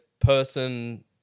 person